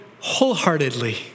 wholeheartedly